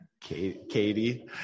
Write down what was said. Katie